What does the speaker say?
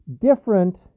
different